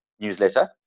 newsletter